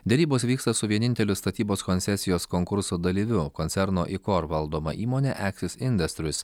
derybos vyksta su vieninteliu statybos koncesijos konkurso dalyviu koncerno ikor valdoma įmone eksis indastris